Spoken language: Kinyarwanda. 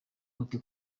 umuti